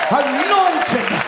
anointed